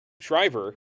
Shriver